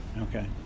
Okay